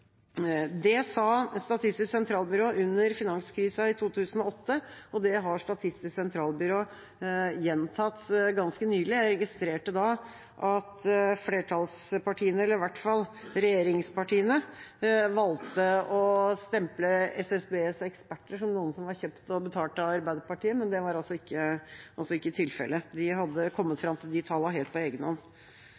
Det sa Statistisk sentralbyrå under finanskrisa i 2008, og det har Statistisk sentralbyrå gjentatt ganske nylig. Jeg registrerte da at flertallspartiene, eller i hvert fall regjeringspartiene, valgte å stemple SSBs eksperter som noen som var kjøpt og betalt av Arbeiderpartiet, men det var altså ikke tilfellet. De hadde kommet